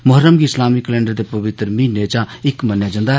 मुहर्रम गी इस्लामी कलैंडर दे पवित्तर म्हीनें चा इक मन्नेआ जंदा ऐ